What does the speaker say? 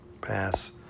Pass